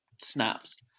snaps